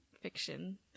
fiction